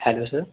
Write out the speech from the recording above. hello sir